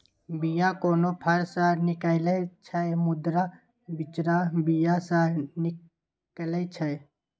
बीया कोनो फर सँ निकलै छै मुदा बिचरा बीया सँ निकलै छै